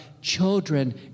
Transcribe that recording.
Children